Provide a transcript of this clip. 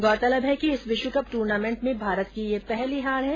गौरतलब है कि इस विश्वकप ट्र्नामेंट में भारत की यह पहली हार है